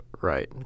right